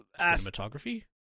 cinematography